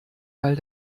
teil